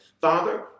Father